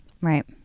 right